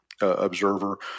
observer